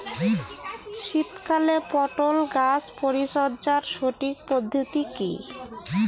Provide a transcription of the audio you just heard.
শীতকালে পটল গাছ পরিচর্যার সঠিক পদ্ধতি কী?